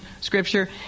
Scripture